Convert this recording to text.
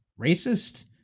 racist